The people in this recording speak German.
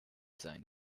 sein